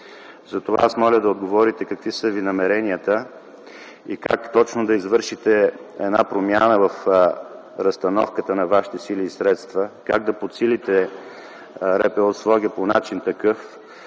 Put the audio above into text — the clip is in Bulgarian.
Затова аз моля да отговорите какви са намеренията Ви и как точно да извършите промяна в разстановката на Вашите сили и средства, как да подсилите РПУ – Своге, по такъв